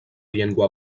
llengua